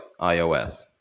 iOS